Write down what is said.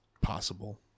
possible